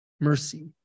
mercy